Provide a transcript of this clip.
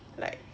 like